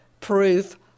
Proof